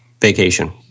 vacation